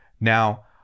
now